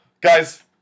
Guys